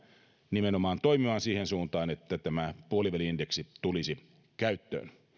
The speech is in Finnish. nimenomaan toimimaan siihen suuntaan että tämä puoliväli indeksi tulisi käyttöön